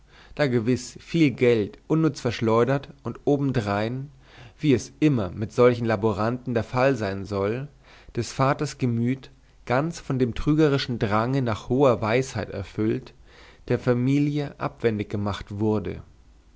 da gewiß viel geld unnütz verschleudert und obendrein wie es immer mit solchen laboranten der fall sein soll des vaters gemüt ganz von dem trügerischen drange nach hoher weisheit erfüllt der familie abwendig gemacht wurde